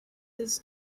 his